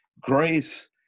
Grace